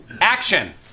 Action